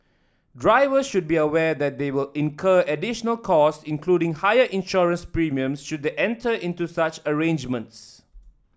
drivers should be aware that they will incur additional costs including higher insurance premiums should they enter into such arrangements